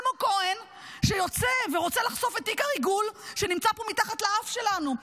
אלמוג כהן שיוצא ורוצה לחשוף את תיק הריגול שנמצא פה מתחת לאף שלנו.